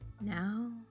Now